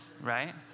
right